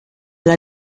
alla